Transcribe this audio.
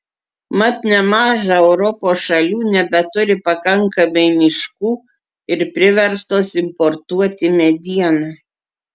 mat nemaža europos šalių nebeturi pakankamai miškų ir priverstos importuoti medieną